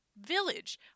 village